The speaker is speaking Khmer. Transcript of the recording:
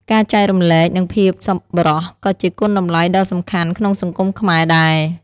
ការចែករំលែក និងភាពសប្បុរសក៏ជាគុណតម្លៃដ៏សំខាន់ក្នុងសង្គមខ្មែរដែរ។